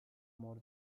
more